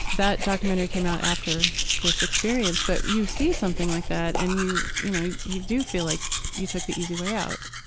that documentary came out after this experience, but you see something like that and you, you know, you you do feel like you took the easy way out